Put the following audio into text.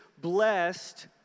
blessed